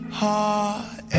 heart